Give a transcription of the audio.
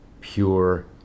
pure